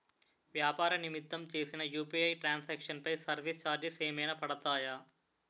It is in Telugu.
వ్యాపార నిమిత్తం చేసిన యు.పి.ఐ ట్రాన్ సాంక్షన్ పై సర్వీస్ చార్జెస్ ఏమైనా పడతాయా?